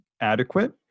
adequate